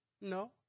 No